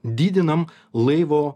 didinam laivo